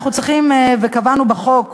אנחנו צריכים, וקבענו בחוק